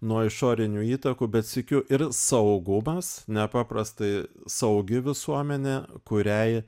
nuo išorinių įtakų bet sykiu ir saugumas nepaprastai saugi visuomenė kuriai